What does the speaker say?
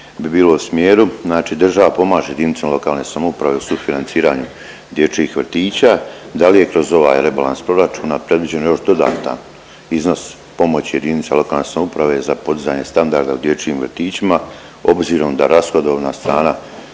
bilo u smjeru znači država pomaže jedinicama lokalne samouprave u sufinanciranju dječjih vrtića, da li je kroz ovaj rebalans proračuna predviđen još dodatan iznos pomoći jedinicama lokalne samouprave za podizanje standarda u dječjim vrtićima obzirom da rashodovna strana